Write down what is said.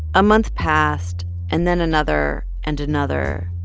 a month passed and then another and another.